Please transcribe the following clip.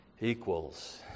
equals